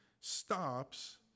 stops